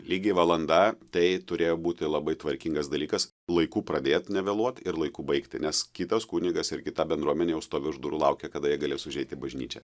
lygiai valanda tai turėjo būti labai tvarkingas dalykas laiku pradėt nevėluot ir laiku baigti nes kitas kunigas ir kita bendruomenė jau stovi už durų laukia kada jie galės užeit į bažnyčią